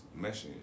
meshing